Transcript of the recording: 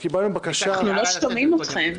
קיבלנו בקשה --- הערה לסדר.